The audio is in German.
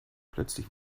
plötzlich